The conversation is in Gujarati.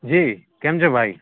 જી કેમ છે ભાઈ